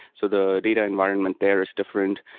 so the data environment there is different.